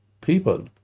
people